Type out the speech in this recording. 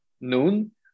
noon